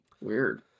weird